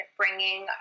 bringing